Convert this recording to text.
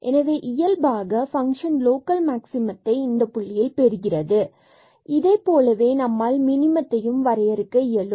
எனவே இயல்பாக இந்த பங்க்ஷன் லோக்கல் மாக்சிமத்தை இந்த புள்ளியில் பெறுகிறது மற்றும் இதைப்போலவே நம்மால் மினிமத்தையும் வரையறுக்க இயலும்